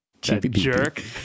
Jerk